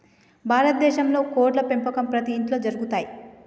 భారత దేశంలో కోడ్ల పెంపకం ప్రతి ఇంట్లో జరుగుతయ్